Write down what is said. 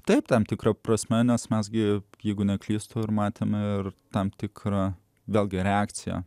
taip tam tikra prasme nes mes gi jeigu neklystu ir matėme ir tam tikra vėlgi reakcija